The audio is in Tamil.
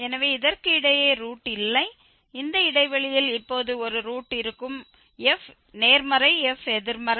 எனவே இதற்கு இடையே ரூட் இல்லை இந்த இடைவெளியில் இப்போது ஒரு ரூட் இருக்கும் f நேர்மறை f எதிர்மறை